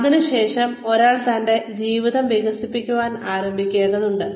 അതിനുശേഷം ഒരാൾ തന്റെ ജീവിതം വികസിപ്പിക്കാൻ ആരംഭിക്കേണ്ടതുണ്ട്